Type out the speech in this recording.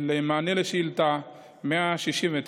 מענה על שאילתה 169,